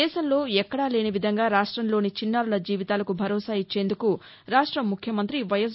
దేశంలో ఎక్కడా లేని విధంగా రాష్టంలోని చిన్నారుల జీవితాలకు భరోసా ఇచ్చేందుకు రాష్ట ముఖ్యమంతి వైఎస్